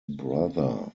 brother